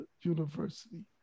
university